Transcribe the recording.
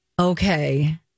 Okay